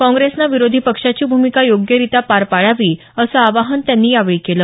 काँग्रेसनं विरोधी पक्षाची भूमिका योग्य रित्या पार पाडावी असं आवाहन त्यांनी यावेळी केलं